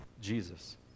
Jesus